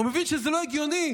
הוא מבין שזה לא הגיוני.